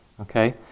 Okay